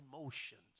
emotions